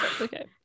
Okay